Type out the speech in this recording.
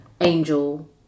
Angel